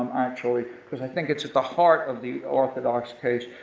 actually. cause i think it's at the heart of the orthodox case.